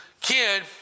kid